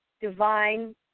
divine